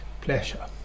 pleasure